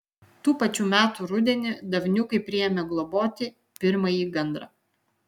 tų pačių metų rudenį davniukai priėmė globoti pirmąjį gandrą